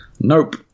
Nope